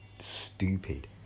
stupid